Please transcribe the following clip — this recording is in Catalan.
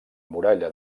muralla